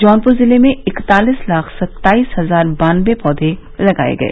जौनप्र जिले में इकतालीस लाख सत्ताइस हजार बानबे पौधे लगाए गए